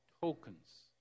tokens